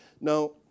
Now